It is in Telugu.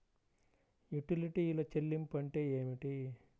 యుటిలిటీల చెల్లింపు అంటే ఏమిటి?